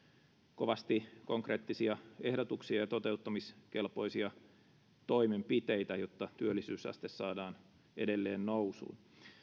kovasti konkreettisia ehdotuksia ja ja toteuttamiskelpoisia toimenpiteitä jotta työllisyysaste saadaan edelleen nousuun